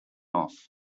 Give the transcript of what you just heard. off